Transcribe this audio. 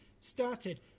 started